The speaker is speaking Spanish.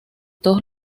todos